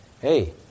hey